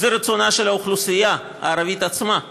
הוא רצונה של האוכלוסייה הערבית עצמה.